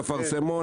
אפרסמון,